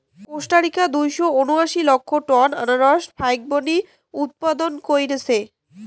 Costa Rica দুইশো উনাশি লক্ষ টন আনারস ফাইকবানী উৎপাদন কইরছে